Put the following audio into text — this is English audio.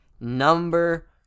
number